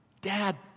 Dad